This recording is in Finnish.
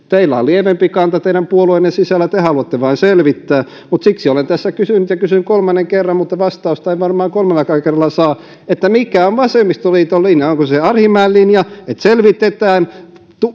teillä on lievempi kanta teidän puolueenne sisällä te haluatte vain selvittää siksi olen tässä kysynyt ja kysyn kolmannen kerran mutta vastausta en varmaan kolmannellakaan kerralla saa mikä on vasemmistoliiton linja onko se arhinmäen linja että selvitetään